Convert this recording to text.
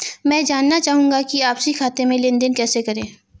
मैं जानना चाहूँगा कि आपसी खाते में लेनदेन कैसे करें?